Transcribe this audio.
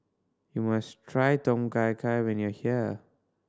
you must try Tom Kha Gai when you're here